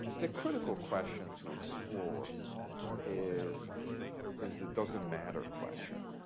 the critical question to explore is is the does it matter question.